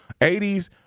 80s